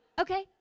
Okay